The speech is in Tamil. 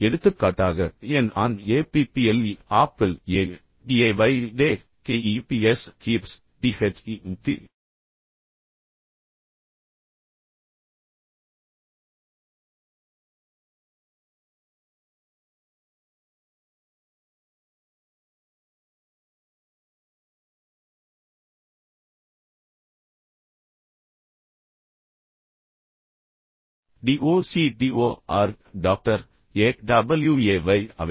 எடுத்துக்காட்டாக a n an a p p l e apple a d a y day k e e p s keeps t h e the d o c t o r doctor a w a y away